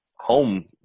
home